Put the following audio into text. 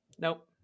Nope